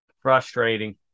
Frustrating